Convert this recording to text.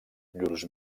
llurs